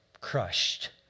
crushed